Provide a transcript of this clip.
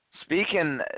Speaking